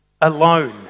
alone